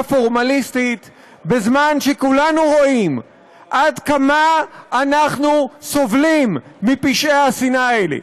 פורמליסטית בזמן שכולנו רואים עד כמה סובלים מפשעי השנאה האלה.